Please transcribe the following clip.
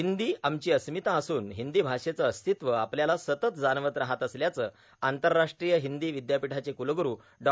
हिंदी आमची अस्मिता असून हिंदी भाषेचं अस्तित्व आपल्याला सतत जाणवत राहत असल्याचं आंतरराष्ट्रीय हिंदी विद्यापीठाचे कुलगुरू डॉ